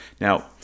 Now